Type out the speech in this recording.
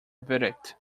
verdict